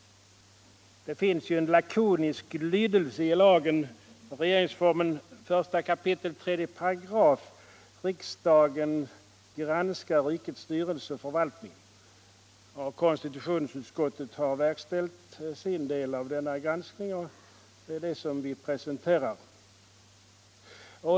Det finns en lakonisk lydelse i 1 kap. 3 § regeringsformen: ”Riksdagen granskar rikets styrelse och förvaltning.” Konstitutionsutskottet har verkställt sin del av denna granskning, och det är det arbetet som här presenteras.